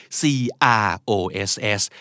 cross